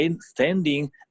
standing